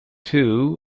two